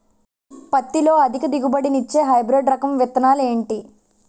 పత్తి లో అధిక దిగుబడి నిచ్చే హైబ్రిడ్ రకం విత్తనాలు ఏంటి